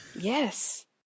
Yes